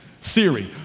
Siri